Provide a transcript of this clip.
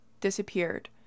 disappeared